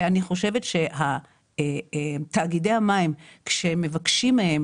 אני חושבת שתאגידי המים, כשמבקשים מהם